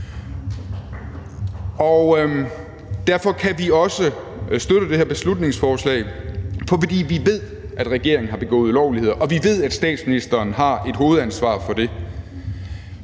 Og derfor kan vi også støtte det her beslutningsforslag, for vi ved, at regeringen har begået ulovligheder, og vi ved, at statsministeren har et hovedansvar for det.